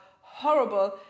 horrible